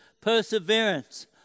perseverance